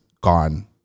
gone